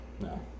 No